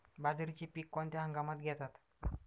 बाजरीचे पीक कोणत्या हंगामात घेतात?